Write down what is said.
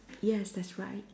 yes that's right